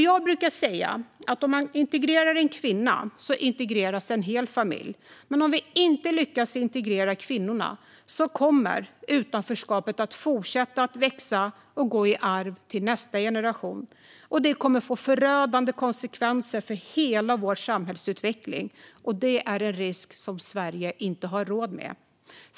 Jag brukar säga: Om man integrerar en kvinna integreras en hel familj. Men om vi inte lyckas integrera kvinnorna kommer utanförskapet att fortsätta att växa och gå i arv till nästa generation, och det kommer att få förödande konsekvenser för hela vår samhällsutveckling. Det är en risk som Sverige inte har råd med.